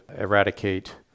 eradicate